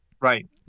Right